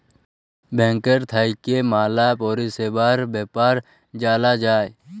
ব্যাংকের থাক্যে ম্যালা পরিষেবার বেপার জালা যায়